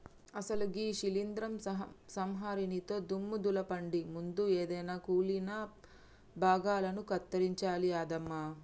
అసలు గీ శీలింద్రం సంహరినితో దుమ్ము దులపండి ముందు ఎదైన కుళ్ళిన భాగాలను కత్తిరించాలి యాదమ్మ